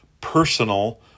personal